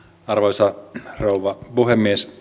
arvoisa rouva puhemies